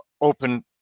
open